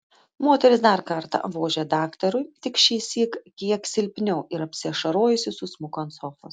moteris dar kartą vožė daktarui tik šįsyk kiek silpniau ir apsiašarojusi susmuko ant sofos